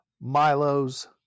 Milo's